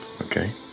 okay